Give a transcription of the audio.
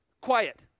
quiet